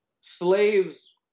slaves –